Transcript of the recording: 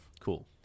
Cool